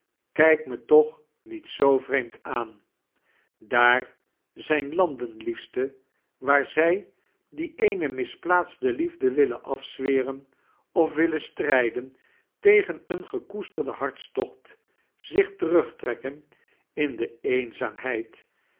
kijk me toch niet zoo weemd aan daar zijn landem liefste waar zij die eene misplaatste liefde willen afzwetrein of willen stirijden tegen een gekoesterdien hartetocht zich terugtrekken in de eenzaamheid